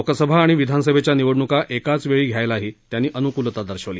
लोकसभा आणि विधानसभेच्या निवडणूका एकाच वेळी घ्यायलाही त्यांनी अनुकुलता दर्शवली